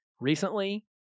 Recently